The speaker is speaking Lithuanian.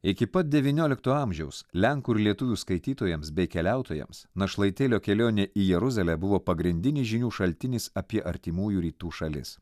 iki pat devyniolikto amžiaus lenkų ir lietuvių skaitytojams bei keliautojams našlaitėlio kelionė į jeruzalę buvo pagrindinis žinių šaltinis apie artimųjų rytų šalis